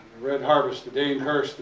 red harvest, the dain curse,